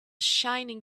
shining